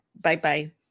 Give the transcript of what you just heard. bye-bye